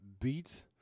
beats